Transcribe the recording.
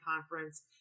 conference